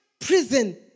prison